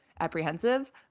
apprehensive